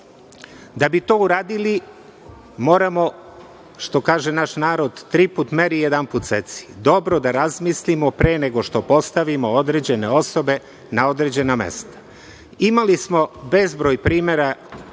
bi to uradili, moramo, što kaže naš narod - tri put meri jedanput seci, dobro da razmislimo pre nego što postavimo određene osobe na određena mesta. Imali smo bezbroj primera